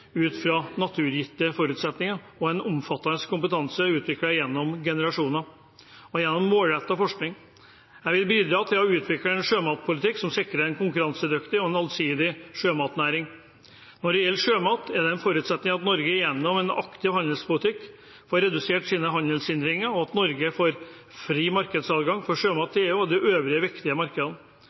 ut fra naturgitte forutsetninger og en omfattende kompetanse utviklet gjennom generasjoner og gjennom målrettet forskning. Jeg vil bidra til å utvikle en sjømatpolitikk som sikrer en konkurransedyktig og allsidig sjømatnæring. Når det gjelder sjømat, er det en forutsetning at Norge gjennom en aktiv handelspolitikk får redusert sine handelshindringer, og at Norge får fri markedsadgang for sjømat til EU og de øvrige viktige markedene.